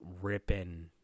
ripping